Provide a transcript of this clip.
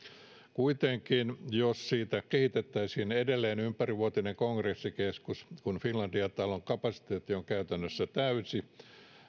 kuitenkin jos siitä kehitettäisiin edelleen ympärivuotinen kongressikeskus niin kun finlandia talon kapasiteetti on käytännössä täysi